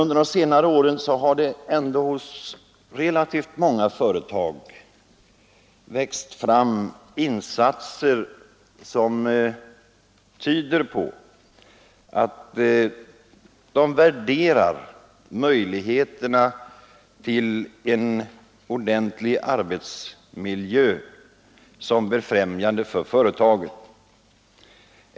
Under senare år har ändå hos relativt många företag växt fram insatser, som tyder på att företagen betraktar en ordentlig arbetsmiljö såsom befrämjande för företaget.